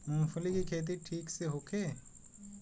मूँगफली के खेती ठीक होखे?